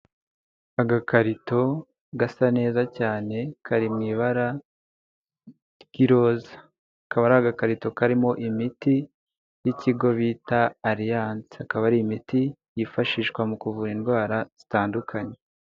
Agakarito gasa neza cyane kari mu ibara ry'iroza . Akaba ari agakarito karimo imiti y'ikigo bita Alliance ikaba ari imiti yifashishwa mu kuvura indwara zitandukanye.